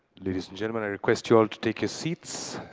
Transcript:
ladies and gentlemen, i request you all to take your seats.